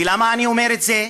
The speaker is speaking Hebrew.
ולמה אני אומר את זה?